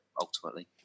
ultimately